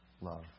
love